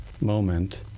Moment